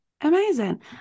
Amazing